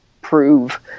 prove